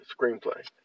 screenplay